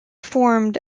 formed